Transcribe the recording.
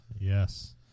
Yes